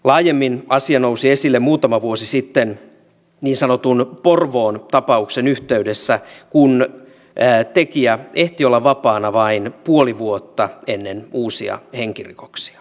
laajemmin asia nousi esille muutama vuosi sitten niin sanotun porvoon tapauksen yhteydessä kun tekijä ehti olla vapaana vain puoli vuotta ennen uusia henkirikoksia